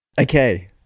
Okay